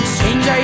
change